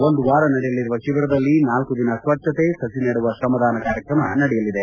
ಒಂದು ವಾರ ನಡೆಯಲಿರುವ ಶಿಬಿರದಲ್ಲಿ ನಾಲ್ಕು ದಿನ ಸ್ವಚ್ಛತೆ ಸಸಿ ನೆಡುವ ತ್ರಮದಾನ ಕಾರ್ಯಕ್ರಮ ನಡೆಯಲಿದೆ